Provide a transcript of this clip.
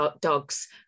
dogs